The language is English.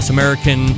American